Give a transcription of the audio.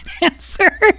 answer